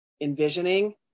envisioning